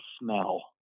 smell